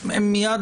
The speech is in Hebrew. לפני שאני אפנה